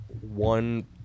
one